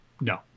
No